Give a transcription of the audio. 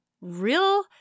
real